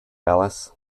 alice